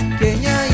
kenya